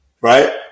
Right